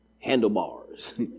handlebars